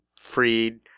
freed